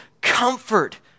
comfort